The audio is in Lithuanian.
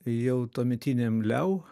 jau tuometiniam leu